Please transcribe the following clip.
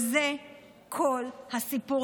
זה כל הסיפור.